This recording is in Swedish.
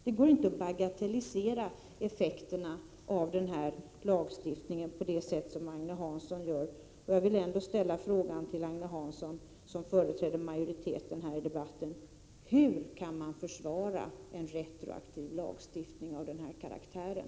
Det går inte att bagatellisera effekterna av den här lagstiftningen på det sätt som Agne Hansson gör. Jag vill ändå fråga Agne Hansson, som företräder majoriteten här i debatten: Hur kan man försvara en retroaktiv lagstiftning av den här karaktären?